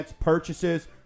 purchases